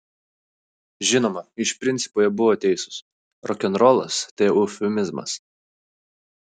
žinoma iš principo jie buvo teisūs rokenrolas tai eufemizmas